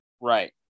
right